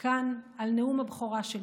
כאן על נאום הבכורה שלי.